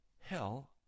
hell